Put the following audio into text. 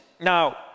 Now